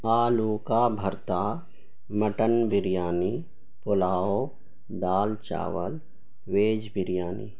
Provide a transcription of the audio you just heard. آلو کا بھرتا مٹن بریانی پلاؤ دال چاول ویج بریانی